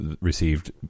received